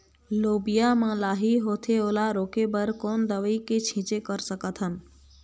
लोबिया मा लाही होथे ओला रोके बर कोन दवई के छीचें कर सकथन?